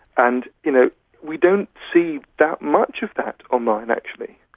and you know we don't see that much of that online actually,